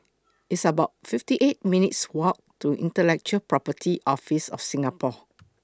It's about fifty eight minutes' Walk to Intellectual Property Office of Singapore